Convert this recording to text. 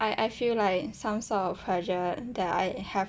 I I feel like some sort of pressured that I have